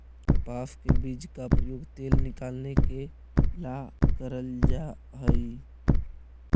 कपास के बीज का प्रयोग तेल निकालने के ला करल जा हई